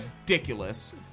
ridiculous